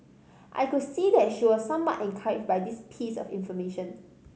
I could see that she was somewhat encouraged by this piece of information